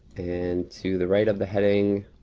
and to the right of the heading